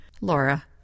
Laura